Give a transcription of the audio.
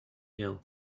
hill